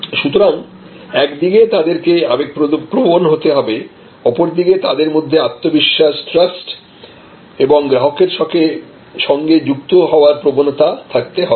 সুতরাং একদিকে তাদেরকে আবেগপ্রবণ হতে হবে অপরদিকে তাদের মধ্যে আত্মবিশ্বাস ট্রাস্ট এবং গ্রাহকের সঙ্গে যুক্ত হওয়ার প্রবণতা থাকতে হবে